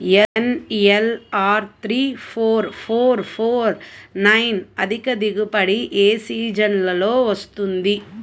NLR three four four four nine అధిక దిగుబడి ఏ సీజన్లలో వస్తుంది?